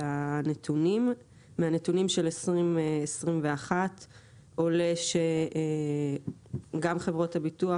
מהנתונים של 2021 עולה שגם חברות הביטוח,